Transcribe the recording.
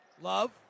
Love